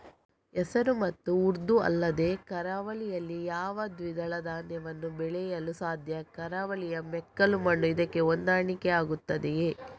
ಹೆಸರು ಮತ್ತು ಉದ್ದು ಅಲ್ಲದೆ ಕರಾವಳಿಯಲ್ಲಿ ಯಾವ ದ್ವಿದಳ ಧಾನ್ಯವನ್ನು ಬೆಳೆಯಲು ಸಾಧ್ಯ? ಕರಾವಳಿಯ ಮೆಕ್ಕಲು ಮಣ್ಣು ಇದಕ್ಕೆ ಹೊಂದಾಣಿಕೆ ಆಗುತ್ತದೆಯೇ?